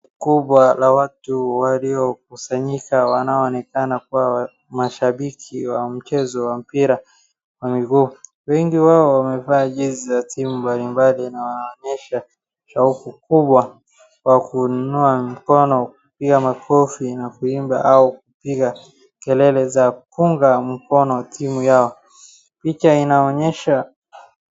Kubwa la watu waliokusanyika wanaoonekana kuwa mashabiki wa mchezo wa mpira wa miguu. Wengi wao wamevaa jezi za timu mbalimbali na wanaonyesha shauku kubwa ya kuinua mikono kupiga makofi na kuimba au kupiga kelele za kuunga mkono timu yao. Picha inaonyesha.